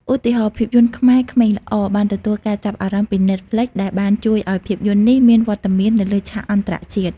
ឧទាហរណ៍ ភាពយន្តខ្មែរ ក្មេងល្អ បានទទួលការចាប់អារម្មណ៍ពី Netflix ដែលបានជួយឲ្យភាពយន្តនេះមានវត្តមាននៅលើឆាកអន្តរជាតិ។